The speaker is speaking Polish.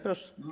Proszę.